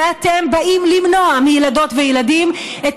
ואתם באים למנוע מילדות וילדים את